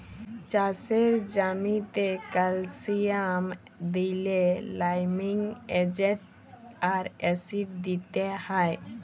চাষের জ্যামিতে ক্যালসিয়াম দিইলে লাইমিং এজেন্ট আর অ্যাসিড দিতে হ্যয়